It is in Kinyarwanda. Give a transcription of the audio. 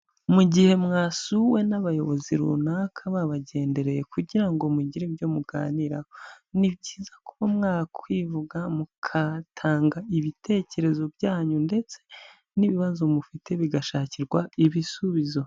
Mu gihe mwasuwe n'abayobozi runaka babagendereye kugira ngo mugire ibyo muganiraho, ni byiza kuba mwakwivuga mukatanga ibitekerezo byanyu ndetse n'ibibazo mufite bigashakirwa ibisubizo.